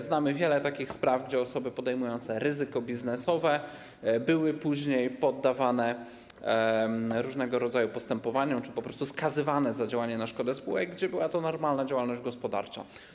Znamy wiele takich spraw, gdy osoby podejmujące ryzyko biznesowe były później poddawane różnego rodzaju postępowaniom czy po prostu skazywane za działanie na szkodę spółek, a była to normalna działalność gospodarcza.